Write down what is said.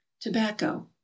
Tobacco